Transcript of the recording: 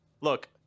look